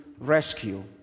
rescue